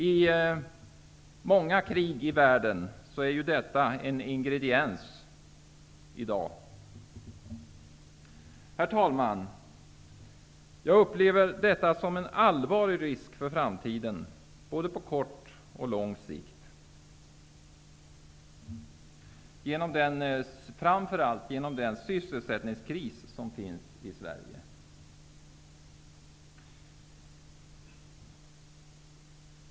I många krig i världen är ju detta en ingrediens i dag. Herr talman! Jag upplever detta som en allvarlig risk för framtiden både på kort och på lång sikt, framför allt på grund av den sysselsättningskris som vi har i Sverige.